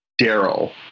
Daryl